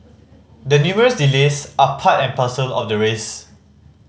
the numerous delays are part and parcel of the race